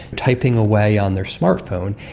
typing away on their smart phone,